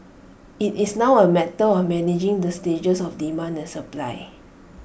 IT is now A matter of managing the stages of demand and supply